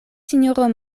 sinjoro